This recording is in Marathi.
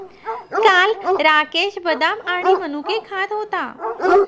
काल राकेश बदाम आणि मनुके खात होता